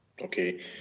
okay